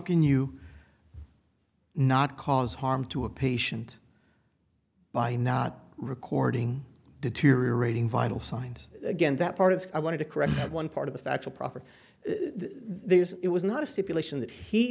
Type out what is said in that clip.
can you not cause harm to a patient by not recording deteriorating vital signs again that part of i want to correct one part of the factual property theirs it was not a stipulation that he